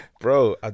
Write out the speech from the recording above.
Bro